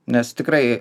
nes tikrai